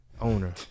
owner